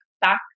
back